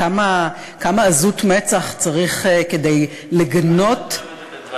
כמה עזות מצח צריך כדי לגנות, את דברי.